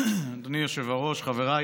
חבריי